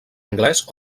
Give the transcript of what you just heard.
anglès